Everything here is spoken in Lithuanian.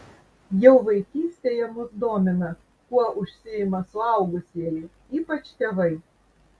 jau vaikystėje mus domina kuo užsiima suaugusieji ypač tėvai